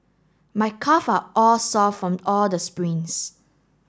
my calve are sore from all the sprints